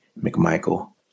McMichael